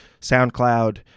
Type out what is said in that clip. SoundCloud